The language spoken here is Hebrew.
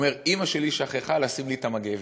הוא אומר: אימא שלי שכחה לשים לי את המגבת.